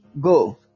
go